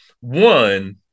One